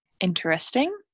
Interesting